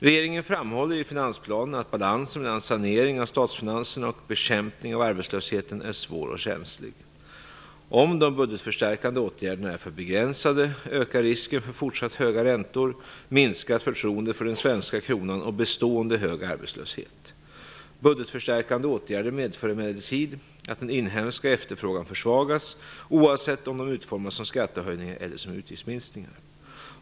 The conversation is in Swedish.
Regeringen framhåller i finansplanen att balansen mellan sanering av statsfinanserna och bekämpning av arbetslösheten är svår och känslig. Om de budgetförstärkande åtgärderna är för begränsade ökar risken för fortsatt höga räntor, minskat förtroende för den svenska kronan och bestående hög arbetslöshet. Budgetförstärkande åtgärder medför emellertid att den inhemska efterfrågan försvagas, oavsett om de utformas som skattehöjningar eller som utgiftsminskningar.